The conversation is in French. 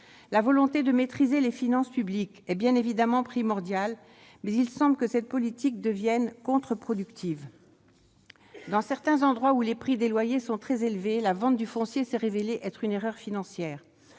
La volonté de maîtriser les finances publiques est bien évidemment primordiale, mais il semble que cette politique devienne contre-productive. Dans certains endroits où les prix des loyers sont très élevés, la vente du foncier s'est révélée être une erreur financière.